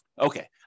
Okay